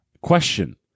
Question